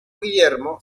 guillermo